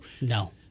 no